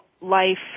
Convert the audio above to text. life